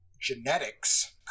genetics